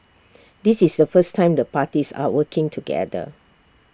this is the first time the parties are working together